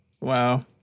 wow